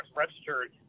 registered